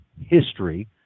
history